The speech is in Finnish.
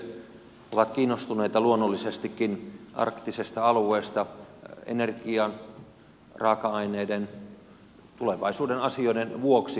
kansainväliset suuryhtiöt ovat luonnollisestikin kiinnostuneita arktisesta alueesta energian raaka aineiden tulevaisuuden asioiden vuoksi